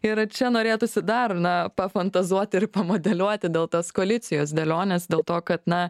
ir čia norėtųsi dar na pafantazuoti ir pamodeliuoti dėl tos koalicijos dėlionės dėl to kad na